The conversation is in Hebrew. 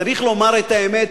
צריך לומר את האמת,